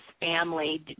family